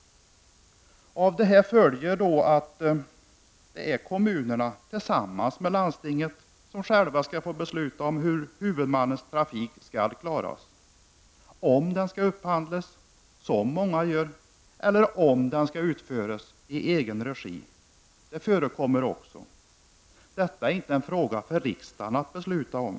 Av detta följer att det är kommunerna tillsammans med landstinget som själva skall få besluta om hur huvudmannens trafik skall klaras -- om den skall upphandlas, som många gör, eller om den skall utföras i egen regi, vilket också förekommer. Detta är inte en fråga för riksdagen att fatta beslut om.